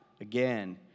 again